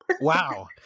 Wow